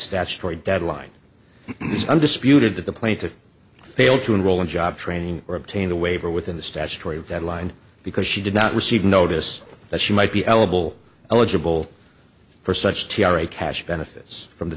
statutory deadline this undisputed that the plaintiff failed to enroll in job training or obtain a waiver within the statutory deadline because she did not receive notice that she might be eligible eligible for such t r a cash benefits from the